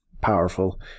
powerful